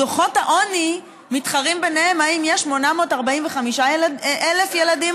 דוחות העוני מתחרים ביניהם אם יש 845,000 ילדים